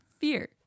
fear